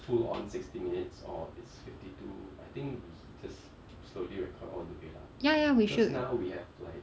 ya ya ya we should